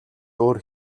өөр